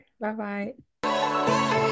Bye-bye